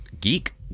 geek